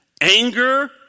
Anger